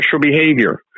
behavior